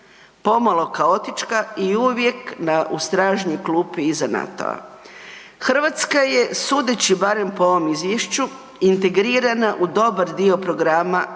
pomalo kaotična i uvijek u stražnjoj klupi iza NATO-a. Hrvatska je sudeći barem po ovom izvješću integrirana u dobar dio programa